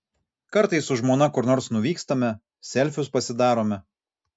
kartais su žmona kur nors nuvykstame selfius pasidarome